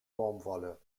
baumwolle